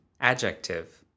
adjective